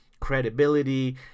credibility